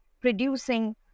producing